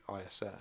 ISS